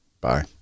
Bye